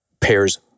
pairs